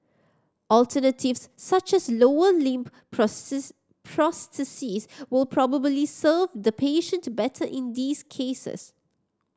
alternatives such as lower limb prosthesis will probably serve the patient better in these cases